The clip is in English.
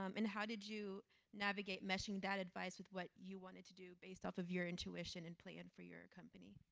um and how did you navigate meshing that advice with what you wanted to do based off of your intuition and plan for your company?